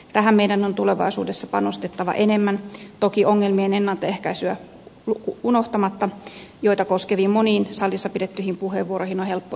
tähän meidän on tulevaisuudessa panostettava enemmän toki ongelmien ennaltaehkäisyä unohtamatta joita koskeviin moniin salissa pidettyihin puheenvuoroihin on helppo yhtyä